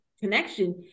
connection